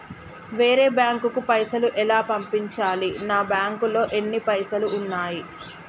వేరే బ్యాంకుకు పైసలు ఎలా పంపించాలి? నా బ్యాంకులో ఎన్ని పైసలు ఉన్నాయి?